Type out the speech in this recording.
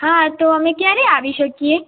હા તો અમે ક્યારે આવી શકીએ